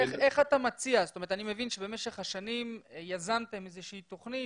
אני מבין שבמשך השנים יזמתם איזה שהיא תוכנית